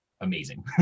amazing